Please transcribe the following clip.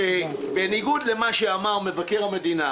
מבקר המדינה